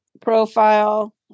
profile